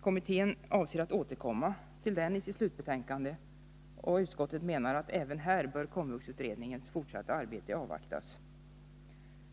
Kommittén avser att återkomma till saken i sitt slutbetänkande, och utskottet menar att även här bör KOMVUX-utredningens fortsatta arbete avvaktas.